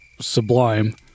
sublime